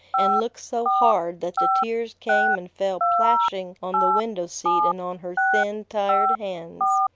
and looked so hard that the tears came and fell plashing on the window-seat and on her thin, tired hands.